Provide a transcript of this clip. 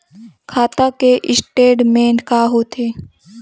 खाता के स्टेटमेंट का होथे?